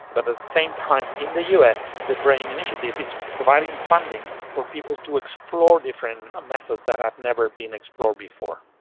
but at the same time in the us the brain initiative is providing funding for people to explore different methods that have never been explored before.